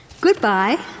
Goodbye